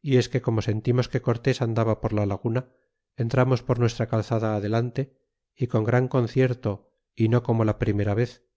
y es que como sentimos que cortes andaba por la laguna entramos por nuestra calzada adelante y con gran concierto y no como la primera vez